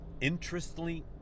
Interestingly